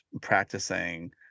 practicing